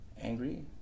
angry